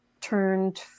turned